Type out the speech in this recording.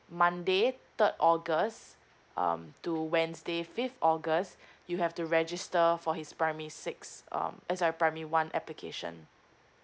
monday third august um to wednesday fifth august you have to register for his primary six um as a primary one application